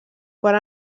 quan